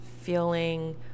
feeling